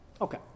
Okay